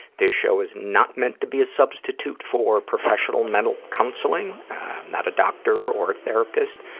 this show is not meant to be a substitute for professional mental counseling. i'm not a doctor or a therapist.